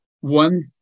One